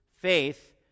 Faith